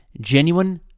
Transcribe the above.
Genuine